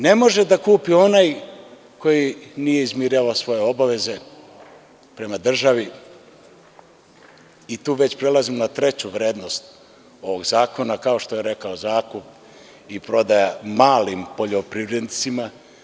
Ne može da kupi onaj koji nije izmirio svoje obaveze prema državi i tu već prelazim na treću vrednost ovog zakona, zakup i prodaja malim poljoprivrednicima.